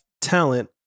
talent